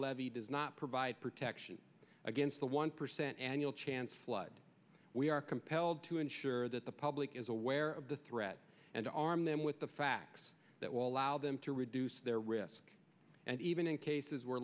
levee does not provide protection against the one percent annual chance flood we are compelled to ensure that the public is aware of the threat and to arm them with the facts that will allow them to reduce their risk and even in cases where